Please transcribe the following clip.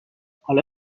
حالا